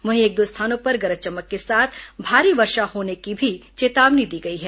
वहीं एक दो स्थानों पर गरज चमक के साथ भारी वर्षा होने की भी चेतावनी दी गई है